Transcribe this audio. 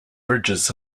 bridges